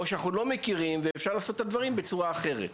או שאנחנו לא מכירים ואפשר לעשות את הדברים בצורה אחרת.